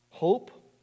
hope